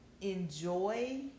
enjoy